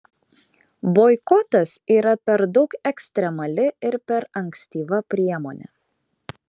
boikotas yra per daug ekstremali ir per ankstyva priemonė